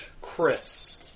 Chris